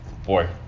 Boy